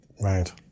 right